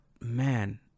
man